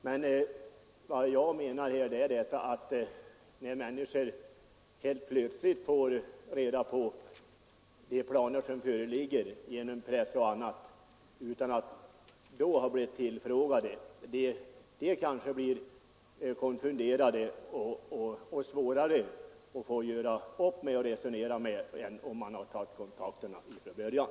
Men vad jag vill framhålla är att när människor helt plötsligt, utan att ha blivit tillfrågade, bl.a. genom pressen får reda på de planer som föreligger, så blir de kanske konfunderade och svårare att resonera med än om kontakt tagits från början.